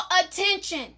attention